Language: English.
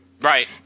right